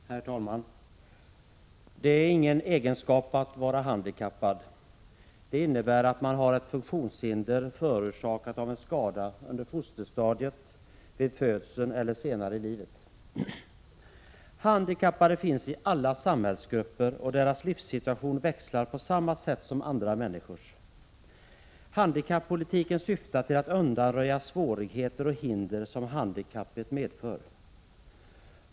Herr talman! Det är ingen egenskap att vara handikappad. Det innebär att man har ett funktionshinder förorsakat av en skada under fosterstadiet, vid födseln eller senare i livet. Handikappade finns i alla samhällsgrupper och deras livssituation växlar på samma sätt som andra människors. Handikappolitiken syftar till att undanröja svårigheter och hinder som handikappet medför.